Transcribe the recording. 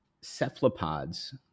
cephalopods